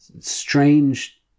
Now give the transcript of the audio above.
strange